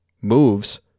moves